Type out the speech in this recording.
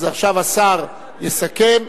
אז עכשיו השר יסכם.